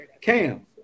Cam